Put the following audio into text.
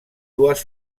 dues